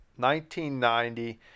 1990